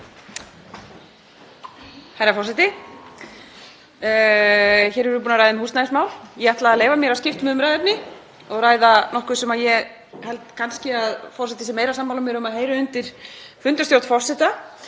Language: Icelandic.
Herra forseti. Hér erum við búin að ræða um húsnæðismál. Ég ætla að leyfa mér að skipta um umræðuefni og ræða nokkuð sem ég held kannski að forseti sé meira sammála mér um að heyri undir fundarstjórn forseta.